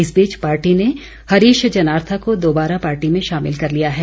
इस बीच पार्टी ने हरीश जनारथा को दोबारा पार्टी में शामिल कर लिया है